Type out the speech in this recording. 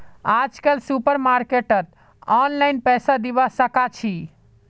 आजकल सुपरमार्केटत ऑनलाइन पैसा दिबा साकाछि